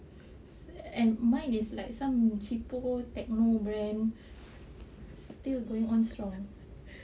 and mine is like some cheapo techno brand still going on strong